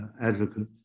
advocate